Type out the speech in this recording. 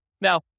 Now